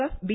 FB